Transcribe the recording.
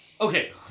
Okay